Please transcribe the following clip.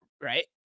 right